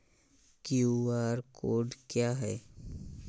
QR code क्या है?